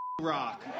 rock